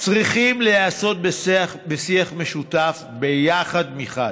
צריכים להיעשות בשיח משותף, ביחד, מחד,